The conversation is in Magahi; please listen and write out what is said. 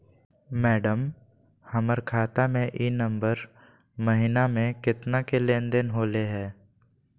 मैडम, हमर खाता में ई नवंबर महीनमा में केतना के लेन देन होले है